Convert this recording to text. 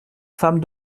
femme